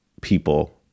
people